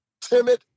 timid